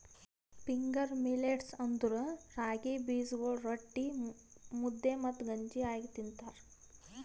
finger millets ಅಂದುರ್ ರಾಗಿ ಬೀಜಗೊಳ್ ರೊಟ್ಟಿ, ಮುದ್ದೆ ಮತ್ತ ಗಂಜಿ ಆಗಿ ತಿಂತಾರ